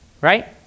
Right